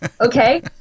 okay